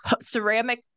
ceramic